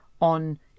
on